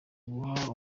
guha